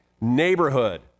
neighborhood